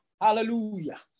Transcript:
Hallelujah